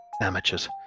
Amateurs